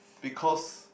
because